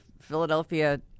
Philadelphia